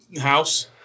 house